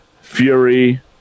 Fury